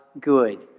good